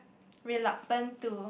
reluctant to